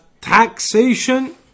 taxation